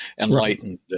enlightened